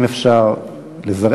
אם אפשר לזרז,